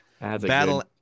battle